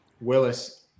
Willis